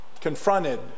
confronted